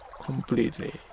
completely